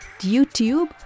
YouTube